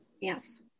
Yes